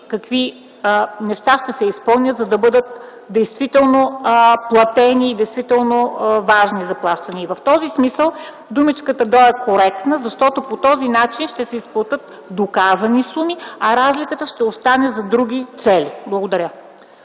какви неща ще се изпълнят, за да бъдат действително изплатени. В този смисъл думичката „до” е коректна, защото по този начин ще се изплатят доказани суми, а разликата ще остане за други цели. Благодаря.